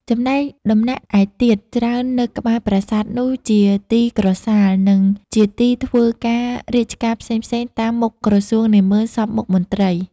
ចំណែកដំណាក់ឯទៀតច្រើននៅកែ្បរប្រាសាទនោះជាទីក្រសាល និងជាទីធ្វើការរាជការផេ្សងៗ តាមមុខក្រសួងនាហ្មឺនសព្វមុខមន្រ្តី។